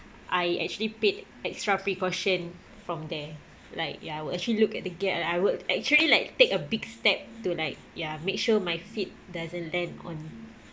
I actually paid extra precaution from there like ya I will actually look at the gap and I would actually like take a big step to like ya make sure my feet doesn't land on